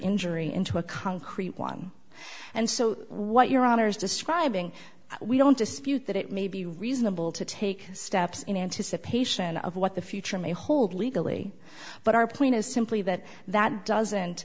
injury into a concrete one and so what your honor is describing we don't dispute that it may be reasonable to take steps in anticipation of what the future may hold legally but our point is simply that that doesn't